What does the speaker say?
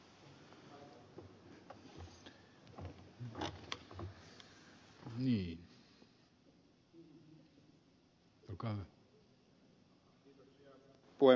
arvoisa puhemies